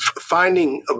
finding